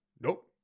Nope